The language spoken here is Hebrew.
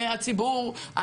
הציבור,